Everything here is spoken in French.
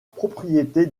propriété